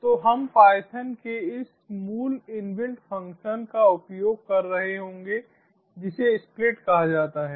तो हम पाइथन के इस मूल इनबिल्ट फ़ंक्शन का उपयोग कर रहे होंगे जिसे स्प्लिट कहा जाता है